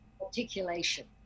articulation